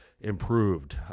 improved